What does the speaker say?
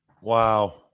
wow